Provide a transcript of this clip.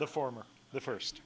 the former the first